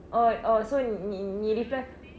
oh oh so நீ நீ:nii nii reply